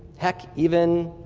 heck, even